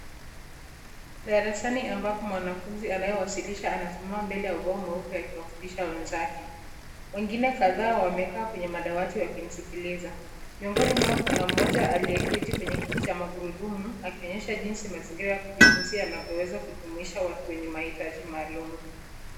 Darasani ambapo mwanafunzi anayewasilisha amesimama mbele ya ubao mweupe akiwafundisha wenzake. Wengine kadhaa wamekaa kwenye madawati wakimsikiliza, miongoni mwao kuna mmoja aliyeketi kwenye kiti cha magurudumu, akionyesha jinsi mazingira ya kujifunzia yanavyoweza kujumuisha watu wenye mahitaji maalum.